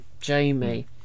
Jamie